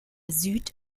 süd